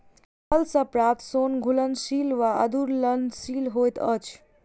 फल सॅ प्राप्त सोन घुलनशील वा अघुलनशील होइत अछि